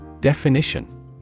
Definition